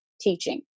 teaching